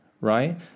right